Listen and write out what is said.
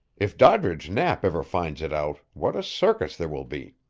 if doddridge knapp ever finds it out, what a circus there will be!